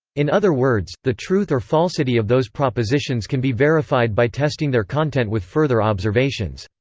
in other words, the truth or falsity of those propositions can be verified by testing their content with further observations.